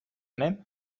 même